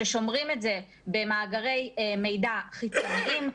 ששומרים את זה במאגרי מידע חיצוניים,